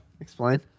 explain